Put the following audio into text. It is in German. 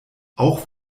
auch